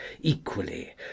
equally